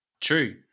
True